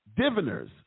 diviners